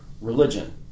religion